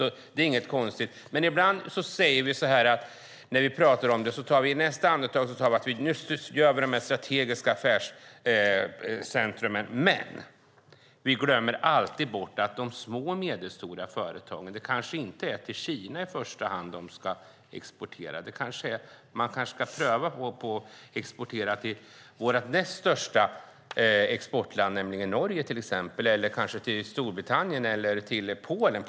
Vi talar om att göra strategiska affärscentrum, men vi glömmer alltid bort att det kanske inte är till Kina de små och medelstora företagen ska exportera i första hand. Man kanske ska pröva att exportera till vår näst största exportmarknad Norge eller till Storbritannien eller Polen.